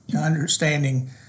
understanding